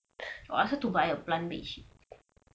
aku rasa to buy a plant bed sheet